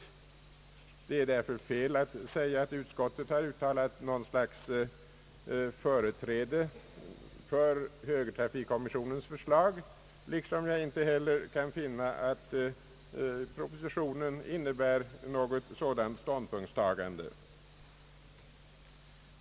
Det är därför fel att säga att utskottet har uttalat företräde för <högertrafikkommissionens förslag liksom att propositionen innebär något sådant ståndpunktstagande.